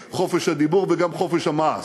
חופשית: חופש הדיבור וגם חופש המעש,